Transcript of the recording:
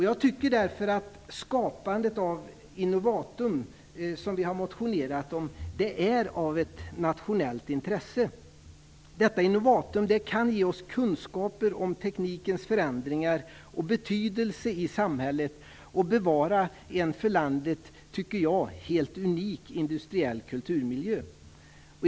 Jag tycker därför att skapandet av Innovatum, som vi har motionerat om, är av nationellt intresse. Detta Innovatum kan ge oss kunskaper om teknikens förändringar och betydelse i samhället och bevara en för landet helt unik industriell kulturmiljö.